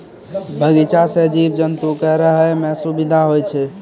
बगीचा सें जीव जंतु क रहै म सुबिधा होय छै